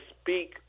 speak